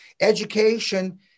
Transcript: education